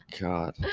god